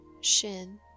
shin